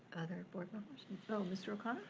other board members? so mr. o'connor?